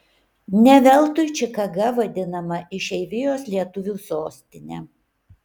ne veltui čikaga vadinama išeivijos lietuvių sostine